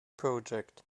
project